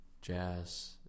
jazz